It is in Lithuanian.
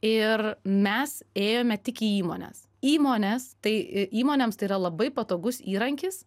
ir mes ėjome tik įmones įmones tai įmonėms tai yra labai patogus įrankis